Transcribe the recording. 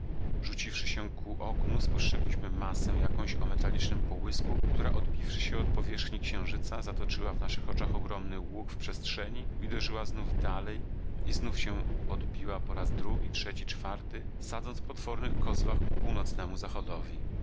rzuciwszy się ku oknu spostrzegliśmy masę jakąś o metalicznym połysku która odbiwszy się od powierzchni księżyca zatoczyła w naszych oczach ogromny łuk w przestrzeni i uderzyła znów dalej i znów się odbiła po raz drugi trzeci czwarty sadzać w potwornych kozłach ku północnemu zachodowi